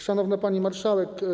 Szanowna Pani Marszałek!